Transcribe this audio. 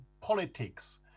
politics